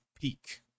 peak